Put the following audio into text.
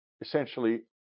essentially